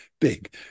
big